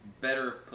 better